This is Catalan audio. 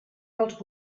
dels